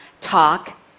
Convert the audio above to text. talk